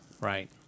Right